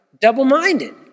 double-minded